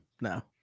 No